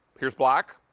here is black.